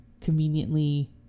conveniently